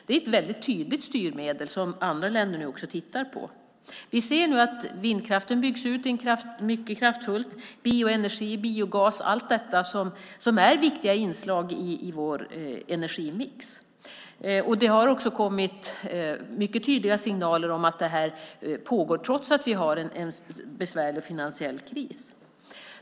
Det är ett mycket tydligt styrmedel som även andra länder nu tittar på. Vi ser att vindkraften byggs ut kraftigt. Vi har bioenergi och biogas. Alla dessa är viktiga inslag i vår energimix. Det har också kommit mycket tydliga signaler om att detta pågår trots att vi har en besvärlig finansiell kris.